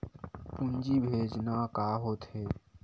पूंजी भेजना का होथे?